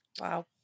Wow